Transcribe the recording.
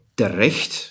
terecht